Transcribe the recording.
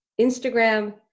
Instagram